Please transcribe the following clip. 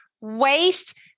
waste